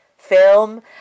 film